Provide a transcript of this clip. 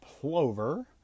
Plover